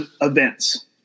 events